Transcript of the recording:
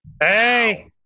Hey